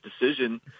decision